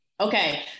Okay